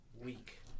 week